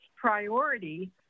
priority